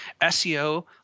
SEO